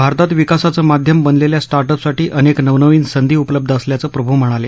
भारतात विकासाचं माध्यम बनललेल्या स्टार्टअपसाठी अनेक नवनवीन संधी उपलब्ध असल्याचं प्रभू म्हणाले